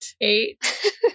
eight